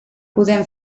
podem